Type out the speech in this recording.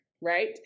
Right